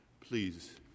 Please